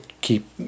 keep